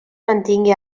mantingui